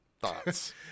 Thoughts